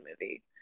movie